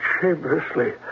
shamelessly